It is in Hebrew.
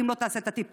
אם לא תעשה את הטיפול.